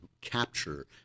capture